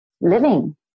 living